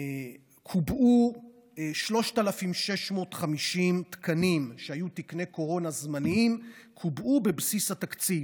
קובעו 3,650 תקנים שהיו תקני קורונה זמניים בבסיס התקציב.